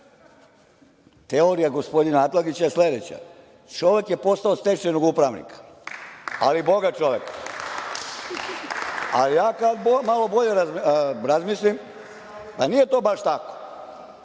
teorija gospodina Atlagića je sledeća – čovek je postao od stečajnog upravnika, ali bogat čovek. Kad malo bolje razmislim, pa nije to baš tako.